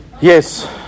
Yes